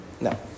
No